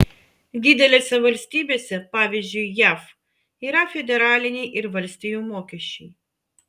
didelėse valstybėse pavyzdžiui jav yra federaliniai ir valstijų mokesčiai